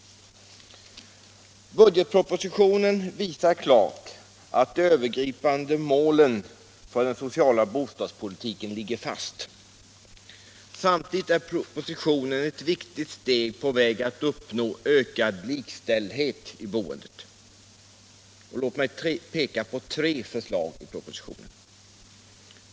Budgetpropositionen visar klart att det övergripande målet för den sociala bostadspolitiken ligger fast. Samtidigt är propositionen ett viktigt steg på vägen att uppnå ökad likställdhet i boendet. Låt mig peka på tre förslag i propositionen.